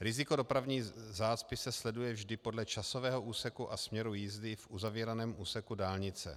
Riziko dopravní zácpy se sleduje vždy podle časového úseku a směru jízdy v uzavíraném úseku dálnice.